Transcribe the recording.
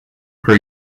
per